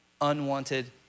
unwanted